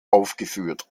aufgeführt